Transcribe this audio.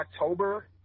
october